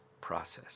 process